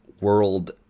world